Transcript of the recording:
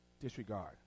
Disregard